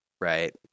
right